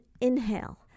inhale